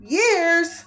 years